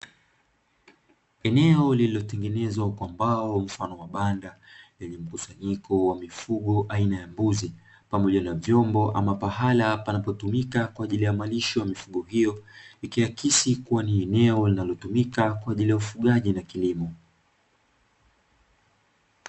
Eneo lililotengenezwa kwa mbao mfano wa bando, lenye mkusanyiko wa mifugo aina ya mbuzi pamoja na vyombo, ama pahala panapotumika kwa ajili ya malisho ya mifugo hiyo; ikiakisi kuwa ni eneo linalotumika kwa ajili ya ufugaji na kilimo.